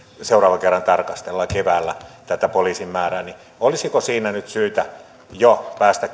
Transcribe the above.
seuraavan kerran tarkastellaan keväällä tätä poliisien määrää niin olisiko tässä poliisien määrässä nyt syytä jo päästä